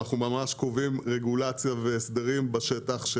אנחנו ממש קובעים רגולציה והסדרים בשטח.